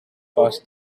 passed